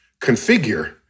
configure